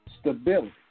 stability